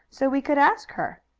so we could ask her,